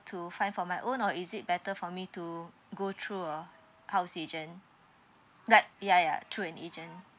to find for my own or is it better for me to go through a house agent right ya ya through an agent